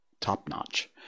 top-notch